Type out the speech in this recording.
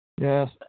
Yes